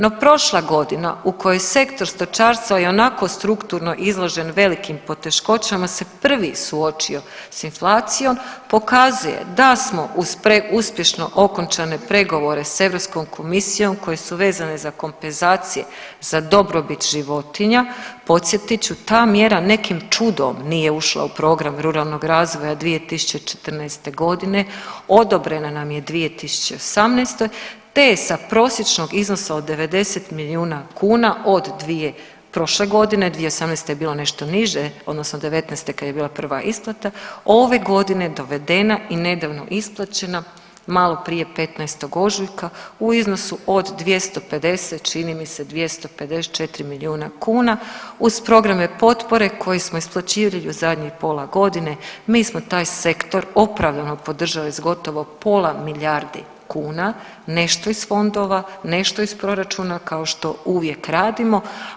No, prošla godina u kojoj je sektor stočarstva ionako strukturno izložen velikim poteškoćama se prvi suočio s inflacijom pokazuje da smo uz uspješno okončane pregovore s europskom komisijom koje su vezane za kompenzacije za dobrobit životinja, podsjetit ću ta mjera nekim čudom nije ušla u program ruralnog razvoja 2014. godine, odobrena nam je 2018. te je sa prosječnog iznosa od 90 milijuna kuna od prošle godine, 2018. je bila nešto niže odnosno '19. kad je bila prva isplata ove godine dovedena i nedavno isplaćena malo prije 15. ožujka u iznosu od 250 čini mi se 254 milijuna kuna uz programe potpore koje smo isplaćivali u zadnjih pola godine mi smo taj sektor opravdano podržali s gotovo pola milijardi kuna, nešto iz fondova, nešto iz proračuna kao što uvijek radimo.